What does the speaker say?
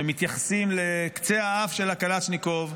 שמתייחסים לקצה האף של הקלצ'ניקוב,